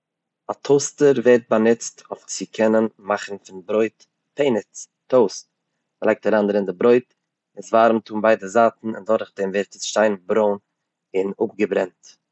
א טאוסטער ווערט באנוצט אויף צו קענען מאכן פון ברויט פעניץ - טאוסט, מ'לייגט אריין דערין די ברויט און עס ווארעמט אן ביידע זייטן און דורך דעם ווערט עס שיין ברוין און אפגעברענט.